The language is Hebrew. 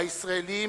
הישראלים,